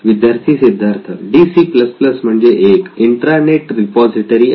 विद्यार्थी Siddharth D C plus plus DC म्हणजे एक इंट्रानेट रिपॉझिटरी आहे